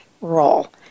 role